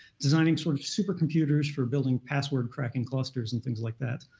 designing sort of supercomputers for building password cracking clusters, and things like that.